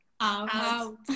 Out